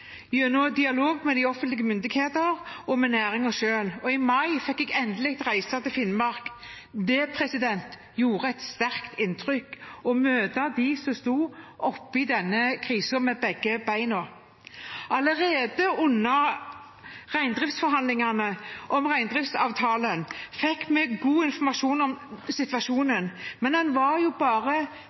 gjennom dialog med offentlige myndigheter og med næringen selv. I mai fikk jeg endelig reise til Finnmark. Det gjorde et sterkt inntrykk å møte dem som sto oppe i denne krisen med begge beina. Allerede under reindriftsforhandlingene om reindriftsavtalen fikk vi god informasjon om situasjonen, men den var bare